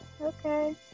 okay